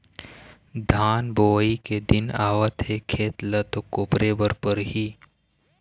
धान बोवई के दिन आवत हे खेत ल तो कोपरे बर परही